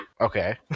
okay